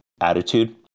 attitude